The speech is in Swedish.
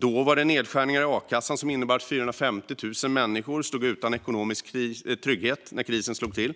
Då gjordes det nedskärningar i a-kassan som innebar att 450 000 människor stod utan ekonomisk trygghet när krisen slog till.